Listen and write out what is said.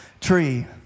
tree